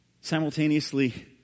Simultaneously